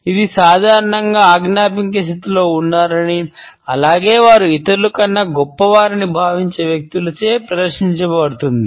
ఇది సాధారణంగా ఆజ్ఞాపించే స్థితిలో ఉన్నారని అలాగే వారు ఇతరులకన్నా గొప్పవారని భావించే వ్యక్తులచే ప్రదర్శించబడుతుంది